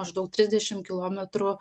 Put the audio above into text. maždaug trisdešim kilometrų